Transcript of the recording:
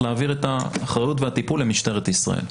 להעביר את האחריות ואת הטיפול למשטרת ישראל.